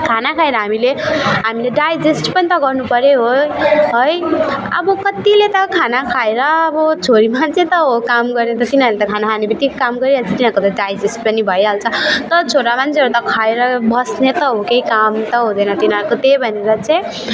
खाना खाएर हामीले हामीले डाइजेस्ट पनि त गर्नु पऱ्यो हो है है अब कतिले त खाना खाएर अब छोरी मान्छे त हो काम गर्ने त तिनीहरूले त खाना खाने त केही काम गरिहाल्छ तिनीहरूको त डाइजेस्ट पनि भइहाल्छ तर छोरा मान्छेहरू त खाएर बस्ने त हो केही काम त हुँदैन तिनीहरूको त्यही भनेर चाहिँ